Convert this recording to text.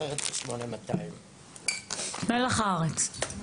מלח הארץ.